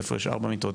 איפה יש ארבע מיטות,